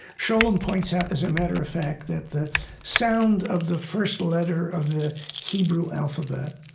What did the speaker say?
scholem points out, as a matter of fact, that the sound of the first letter of the hebrew alphabet,